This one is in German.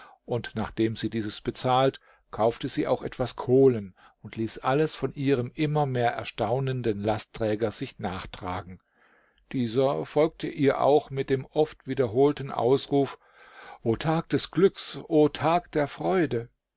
und nachdem sie dieses bezahlt kaufte sie auch etwas kohlen und ließ alles von ihrem immer mehr erstaunenden lastträger sich nachtragen dieser folgte ihr auch mit dem oft wiederholten ausruf o tag des glücks o tag der freude